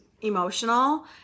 emotional